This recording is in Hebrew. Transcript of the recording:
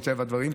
מטבע הדברים,